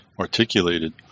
articulated